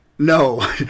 No